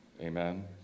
Amen